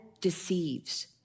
deceives